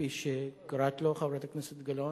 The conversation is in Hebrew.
כפי שקוראת לו חברת הכנסת גלאון,